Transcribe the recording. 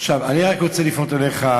אני רק רוצה לפנות אליך,